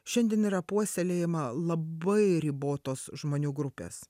šiandien yra puoselėjama labai ribotos žmonių grupės